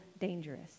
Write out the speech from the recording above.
dangerous